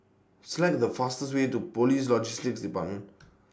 Select The fastest Way to Police Logistics department